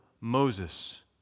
Moses